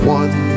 one